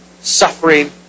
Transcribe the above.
suffering